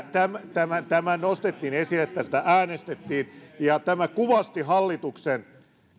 tämän esille tämä nostettiin esille tästä äänestettiin ja tämä kuvasti hallituksen